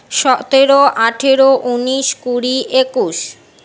সতেরো আঠেরো উনিশ কুড়ি একুশ